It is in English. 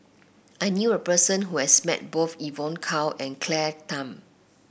I knew a person who has met both Evon Kow and Claire Tham